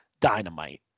Dynamite